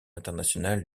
internationale